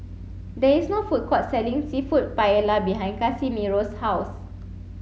there is no food court selling Seafood Paella behind Casimiro's house